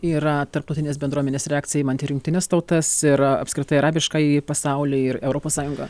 yra tarptautinės bendruomenės reakcija įmanti jungtines tautas ir apskritai arabiškąjį pasaulį ir europos sąjungą